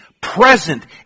Present